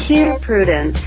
here, prudence,